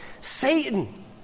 Satan